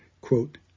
quote